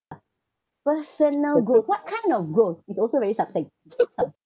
uh personal growth what kind of growth it's also very sub~